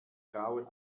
grauen